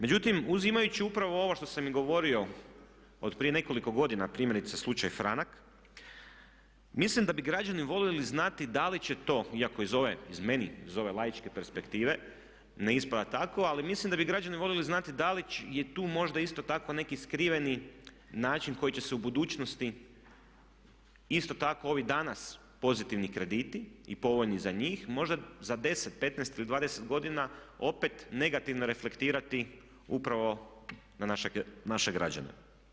Međutim, uzimajući upravo ovo što sam i govorio od prije nekoliko godina, primjerice slučaj Franak, mislim da bi građani voljeli znati da li će to, iako meni iz ove laičke perspektive ne ispada tako, ali mislim da bi građani voljeli znati da li je tu možda isto tako neki skriveni način koji će se u budućnosti isto tako ovi danas pozitivni krediti i povoljni za njih možda za 10, 15 ili 20 godina opet negativno reflektirati upravo na naše građane.